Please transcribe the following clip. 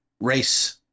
race